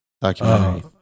documentary